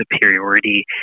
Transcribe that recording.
superiority